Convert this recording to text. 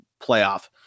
playoff